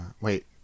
wait